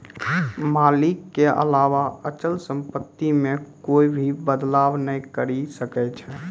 मालिक के अलावा अचल सम्पत्ति मे कोए भी बदलाव नै करी सकै छै